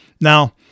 Now